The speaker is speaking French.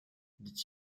dit